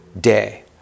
day